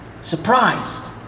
surprised